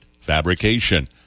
fabrication